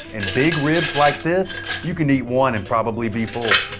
and big ribs like this. you could eat one and probably be full.